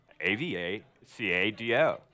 A-V-A-C-A-D-O